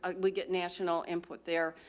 we get national input there.